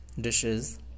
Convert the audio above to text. dishes